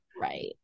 right